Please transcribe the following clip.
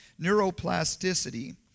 Neuroplasticity